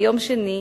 ביום שני,